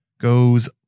goes